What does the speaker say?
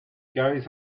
goes